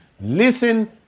Listen